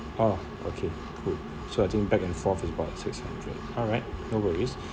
oh okay good so I think back and forth it's about six hundred alright no worries